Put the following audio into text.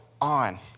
on